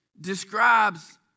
describes